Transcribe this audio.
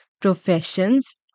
professions